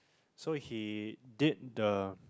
so he did the